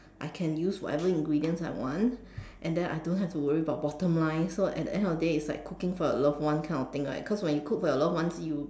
I can use whatever ingredients I want and then I don't have to worry about bottom line so at the end of the day it's like cooking for your loved one kind of thing like cause when you cook for your loved ones you